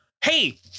Hey